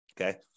okay